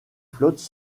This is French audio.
flottes